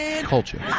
Culture